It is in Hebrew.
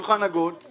מאיר, מספיק כבר.